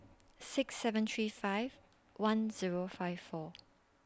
six seven three five one Zero five four